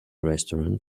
restaurant